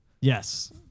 Yes